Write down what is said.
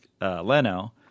Leno